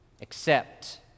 accept